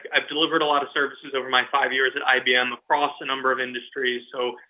i've delivered a lot of services over my five years at ibm across the number of industries. so,